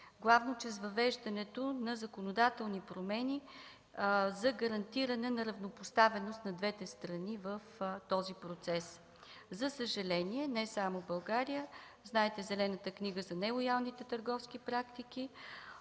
главно чрез въвеждането на законодателни промени за гарантиране на равнопоставеност на двете страни в този процес. За съжаление, не само в България – знаете Зелената книга за нелоялните търговски практики.